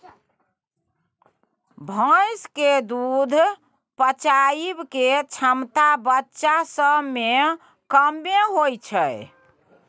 भैंस के दूध पचाबइ के क्षमता बच्चा सब में कम्मे होइ छइ